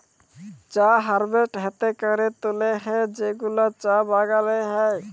চা হারভেস্ট হ্যাতে ক্যরে তুলে হ্যয় যেগুলা চা বাগালে হ্য়য়